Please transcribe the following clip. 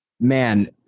Man